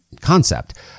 concept